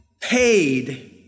paid